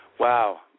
Wow